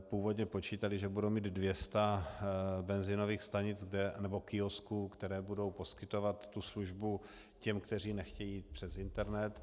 Původně počítali, že budou mít 200 benzinových stanic nebo kiosků, které budou poskytovat tuto službu těm, kteří nechtějí přes internet.